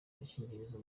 gakingirizo